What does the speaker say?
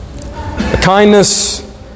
Kindness